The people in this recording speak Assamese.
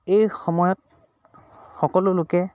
এই সময়ত সকলো লোকে